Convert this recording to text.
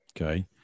okay